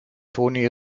toni